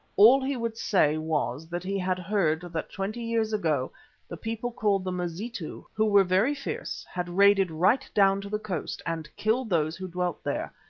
all he would say was that he had heard that twenty years ago the people called the mazitu, who were very fierce, had raided right down to the coast and killed those who dwelt there,